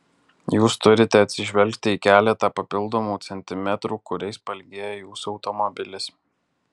jūs turite atsižvelgti į keletą papildomų centimetrų kuriais pailgėja jūsų automobilis